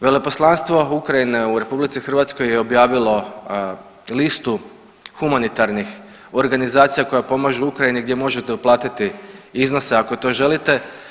Veleposlanstvo Ukrajine u RH je objavilo listu humanitarnih organizacija koje pomažu Ukrajini gdje možete uplatiti iznose ako to želite.